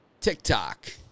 TikTok